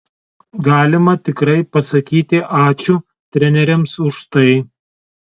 galima tikrai pasakyti ačiū treneriams už tai